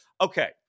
Okay